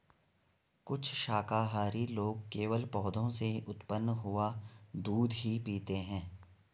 कुछ शाकाहारी लोग केवल पौधों से उत्पन्न हुआ दूध ही पीते हैं